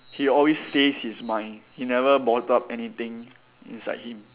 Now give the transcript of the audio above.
he always says his mind he never bottle up anything inside him